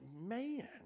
man